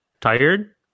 tired